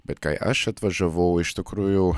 bet kai aš atvažiavau iš tikrųjų